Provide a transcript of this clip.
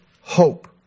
hope